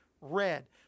red